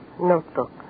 Notebook